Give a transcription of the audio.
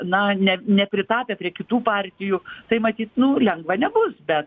na ne nepritapę prie kitų partijų tai matyt nu lengva nebus bet